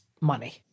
money